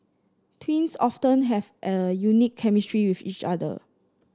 twins often have a unique chemistry with each other